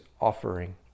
offering